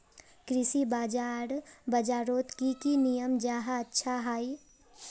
कृषि बाजार बजारोत की की नियम जाहा अच्छा हाई?